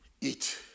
Eat